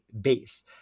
base